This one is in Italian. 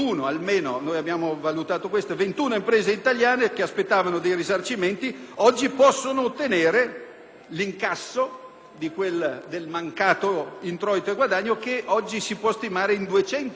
l'incasso del mancato introito e guadagno, che si può stimare in 250 milioni di euro, che rientreranno immediatamente in Italia, nelle casse di imprese